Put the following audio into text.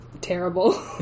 terrible